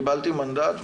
קיבלתי מנדט,